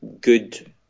good